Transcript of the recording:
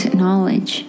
knowledge